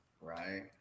right